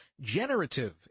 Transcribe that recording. generative